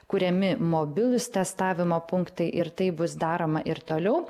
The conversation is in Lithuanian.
kuriami mobilūs testavimo punktai ir tai bus daroma ir toliau